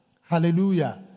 Hallelujah